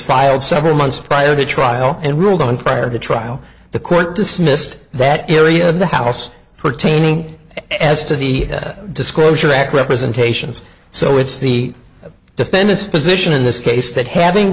filed several months prior to trial and ruled on prior to trial the court dismissed that area of the house pertaining as to the disclosure act representations so it's the defendant's position in this case that having